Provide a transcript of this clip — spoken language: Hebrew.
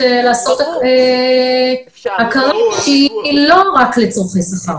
לעשות את ההכרה שהיא לא רק לצורכי שכר.